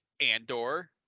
Andor